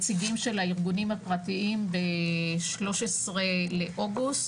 הנציגים של הארגונים הפרטיים ב- 13 לאוגוסט,